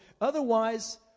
Otherwise